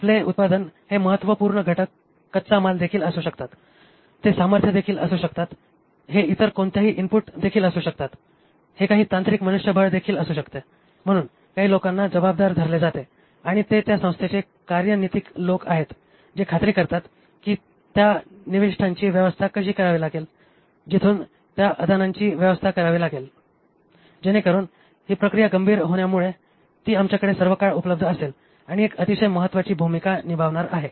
आपले उत्पादन चे महत्त्वपूर्ण घटक कच्चा माल देखील असू शकतात ते सामर्थ्य देखील असू शकतात हे इतर कोणत्याही इनपुट देखील असू शकतात हे काही तांत्रिक मनुष्यबळ देखील असू शकते म्हणून काही लोकांना जबाबदार धरले जाते आणि ते त्या संस्थेचे कार्यनीतिक लोक आहेत जे खात्री करतात की त्या निविष्ठांची व्यवस्था कशी करावी लागेल जिथून त्या आदानांची व्यवस्था करावी लागेल जेणेकरुन ही प्रक्रिया गंभीर होण्यामुळे ती आमच्याकडे सर्वकाळ उपलब्ध असेल आणि एक अतिशय महत्वाची भूमिका निभावणार आहे